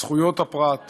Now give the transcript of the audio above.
זכויות הפרט וכדומה.